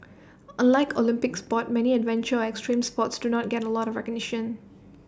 unlike Olympic sports many adventure or extreme sports do not get A lot of